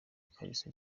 ikariso